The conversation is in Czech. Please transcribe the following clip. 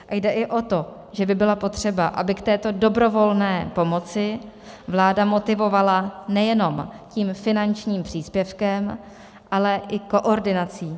A jde i o to, že by bylo potřeba, aby k této dobrovolné pomoci vláda motivovala nejenom tím finančním příspěvkem, ale i koordinací.